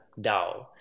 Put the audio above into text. DAO